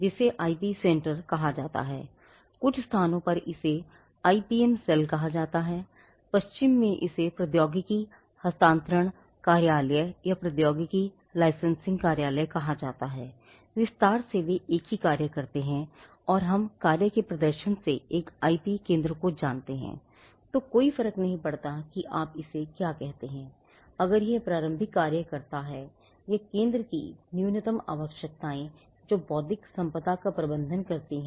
इसे IP centre कहा जाता है कुछ स्थानों पर इसे आईपीएम सेल कह सकते हैं